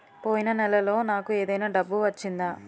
పోయిన నెలలో నాకు ఏదైనా డబ్బు వచ్చిందా?